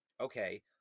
okay